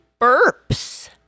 burps